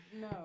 No